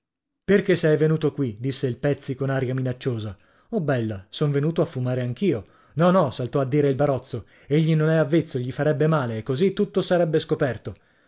perché sei venuto qui disse il pezzi con aria minacciosa oh bella son venuto a fumare anch'io no no saltò a dire il barozzo egli non è avvezzo gli farebbe male e così tutto sarebbe scoperto